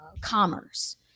commerce